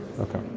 Okay